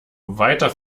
weiter